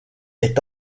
est